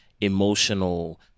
emotional